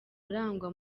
arangwa